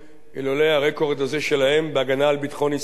אילולא הרקורד הזה שלהם בהגנה על ביטחון ישראל,